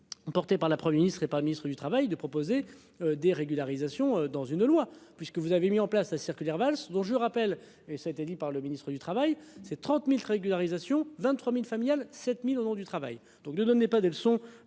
courage. Par la Premier ministre et par le ministre du Travail de proposer des régularisations dans une loi puisque vous avez mis en place la circulaire Valls dont je vous rappelle et ça a été dit par le ministre du Travail, c'est 30.000 régularisations 23.000 familial 7000 au nom du travail. Ne donnez pas des leçons